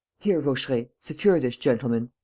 here, vaucheray, secure this gentleman!